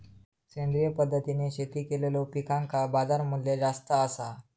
सेंद्रिय पद्धतीने शेती केलेलो पिकांका बाजारमूल्य जास्त आसा